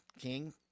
King